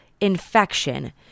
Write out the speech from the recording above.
infection